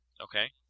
Okay